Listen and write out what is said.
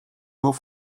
nur